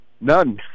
none